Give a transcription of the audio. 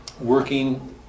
working